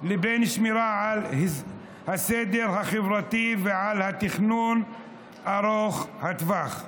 לבין שמירה על הסדר החברתי ועל התכנון ארוך הטווח.